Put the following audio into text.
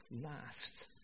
last